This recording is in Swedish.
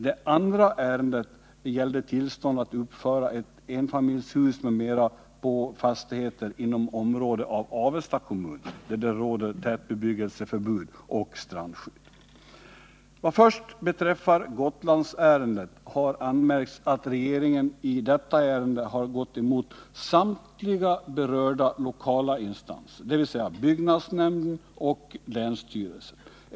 Det andra ärendet gällde tillstånd att uppföra enfamiljshus m.m. på fastigheter inom ett område av Avesta kommun där det råder tätbebyggelseförbud och förordning om strandskydd. Vad beträffar Gotlandsärendet har anmärkts att regeringen i detta ärende gått emot samtliga berörda lokala instanser, dvs. byggnadsnämnden och länsstyrelsen.